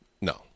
No